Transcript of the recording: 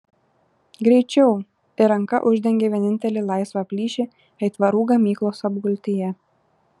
greičiau ir ranka uždengė vienintelį laisvą plyšį aitvarų gamyklos apgultyje